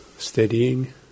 steadying